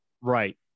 Right